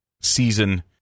season